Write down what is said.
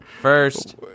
First